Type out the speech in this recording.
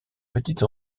petites